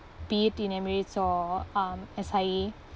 be it in emirates or um S_I_A